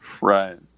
Right